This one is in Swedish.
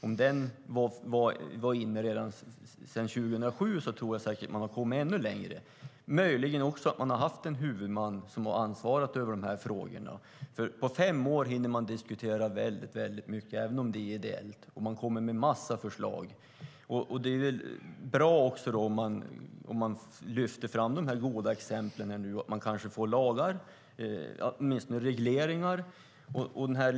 Om den samtalsledaren hade kommit in redan 2007 tror jag säkert att man hade kommit ännu längre. Det hade man möjligen också om man hade haft en huvudman som ansvarat för de här frågorna. På fem år hinner man diskutera väldigt mycket, även om det är ideellt, och komma med en massa förslag. Det är bra om man också lyfter fram de goda exemplen och om man kanske får lagar eller åtminstone regleringar.